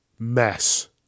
Mess